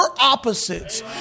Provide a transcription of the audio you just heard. opposites